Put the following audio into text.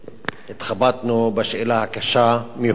התחבטנו בשאלה הקשה מיהו בדואי.